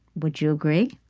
would you agree?